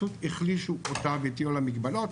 פשוט החלישו אותה והטילו עליה מגבלות.